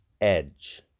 edge